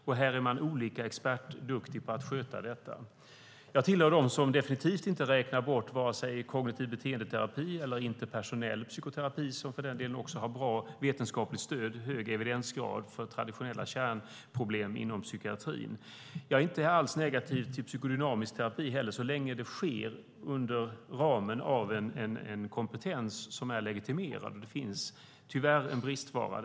Man är olika expertduktig på att sköta det. Jag tillhör dem som definitivt inte räknar bort vare sig kognitiv beteendeterapi eller interpersonell psykoterapi, som också har bra vetenskapligt stöd och hög evidensgrad för traditionella kärnproblem inom psykiatrin. Jag är inte heller negativ till psykodynamisk terapi så länge det sker inom ramen för en kompetens som är legitimerad. Det är tyvärr en bristvara.